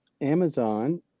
Amazon